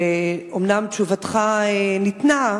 אומנם תשובתך ניתנה,